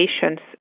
patients